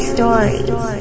Stories